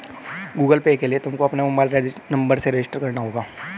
Google Pay के लिए तुमको अपने मोबाईल नंबर से रजिस्टर करना होगा